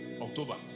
October